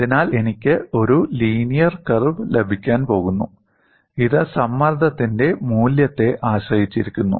അതിനാൽ എനിക്ക് ഒരു ലീനിയർ കർവ് ലഭിക്കാൻ പോകുന്നു ഇത് സമ്മർദ്ദത്തിന്റെ മൂല്യത്തെ ആശ്രയിച്ചിരിക്കുന്നു